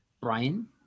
Brian